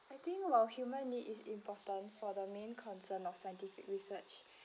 I think while human need is important for the main concern of scientific research